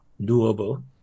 doable